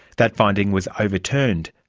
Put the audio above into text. that finding was overturned.